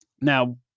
now